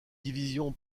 division